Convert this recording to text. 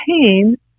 pain